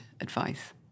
advice